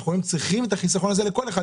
והיום אנחנו צריכים את החיסכון הזה לכל אחד,